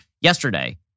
yesterday